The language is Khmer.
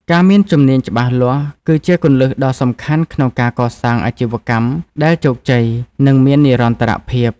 ការមានជំនាញច្បាស់លាស់ គឺជាគន្លឹះដ៏សំខាន់ក្នុងការកសាងអាជីវកម្មដែលជោគជ័យ និងមាននិរន្តរភាព។